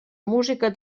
música